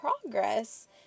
progress